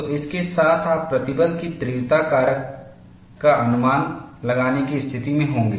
तो इसके साथ आप प्रतिबल की तीव्रता के कारक का अनुमान लगाने की स्थिति में होंगे